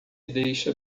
deixa